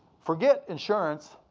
forget insurance.